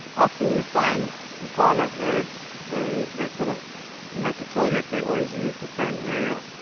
often you find impala herds they they sort of make a toilet. they always use the same area,